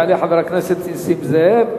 יעלה חבר הכנסת נסים זאב.